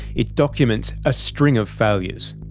it documents a string of failures.